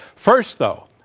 first, though,